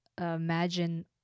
imagine